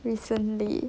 recently